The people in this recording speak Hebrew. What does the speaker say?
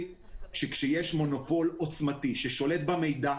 שכאשר יש מונופול עוצמתי ששולט במידע,